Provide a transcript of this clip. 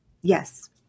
yes